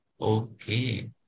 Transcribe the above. Okay